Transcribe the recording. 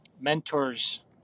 mentors